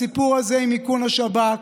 הסיפור הזה של איכון השב"כ,